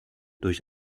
durch